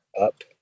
up